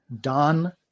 Don